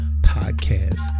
podcast